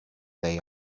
they